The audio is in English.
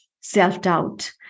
self-doubt